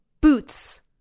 boots